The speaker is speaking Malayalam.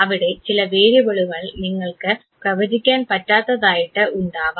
അവിടെ ചില വേരിയബിളുകൾ നിങ്ങൾക്ക് പ്രവചിക്കാൻ പറ്റാത്തതായിട്ട് ഉണ്ടാവാം